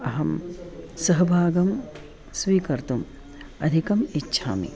अहं सहभागं स्वीकर्तुम् अधिकम् इच्छामि